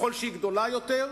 ככל שהיא גדולה יותר,